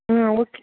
okay